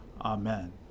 Amen